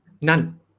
none